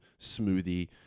smoothie